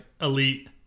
elite